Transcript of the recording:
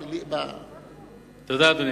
תודה, אדוני.